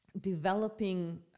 developing